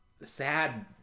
sad